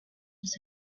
was